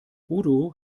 udo